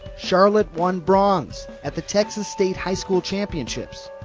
charlotte won bronze at the texas state high school championships.